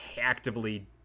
actively